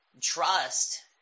Trust